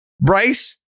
Bryce